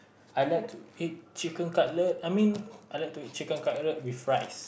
I like to eat chicken cutlet I mean I like to eat chicken cutlet with rice